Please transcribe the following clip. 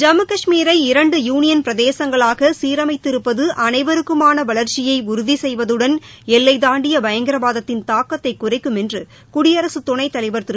ஜம்மு காஷ்மீரை இரண்டு யூனியன் பிரதேசங்களாக சீரமைத்திருப்பது அனைவருக்குமான வளர்ச்சியை உறுதி செய்வதுடன் எல்லைத் தாண்டிய பயங்கரவாதத்தின் தாக்கத்தை குறைக்கும் என்று குடியரசுத் துணைத் தலைவர் திரு